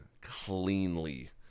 cleanly